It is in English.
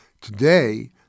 today